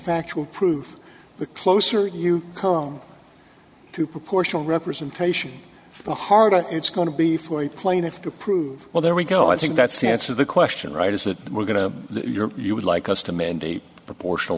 factual proof the closer you comb to proportional representation the harder it's going to be for the plaintiff to prove well there we go i think that's the answer the question right is that we're going to you're you would like us to mandate proportional